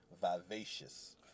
vivacious